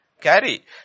carry